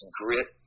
grit